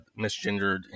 misgendered